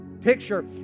picture